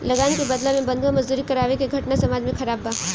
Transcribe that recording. लगान के बदला में बंधुआ मजदूरी करावे के घटना समाज में खराब बा